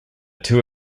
two